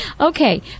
Okay